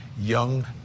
young